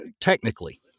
technically